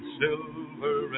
silver